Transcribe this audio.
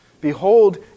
Behold